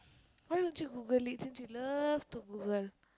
why don't you Google it since you love to Google